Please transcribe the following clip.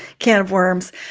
can of worms.